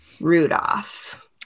Rudolph